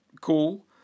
cool